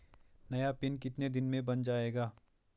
नया पिन कितने दिन में बन जायेगा?